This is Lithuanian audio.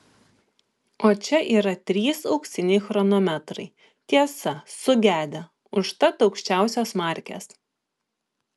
o čia yra trys auksiniai chronometrai tiesa sugedę užtat aukščiausios markės